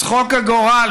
צחוק הגורל,